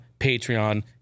Patreon